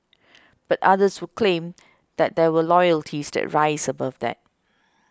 but others would claim that there are loyalties that rise above that